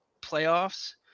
playoffs